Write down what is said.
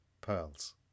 pearls